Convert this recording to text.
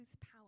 power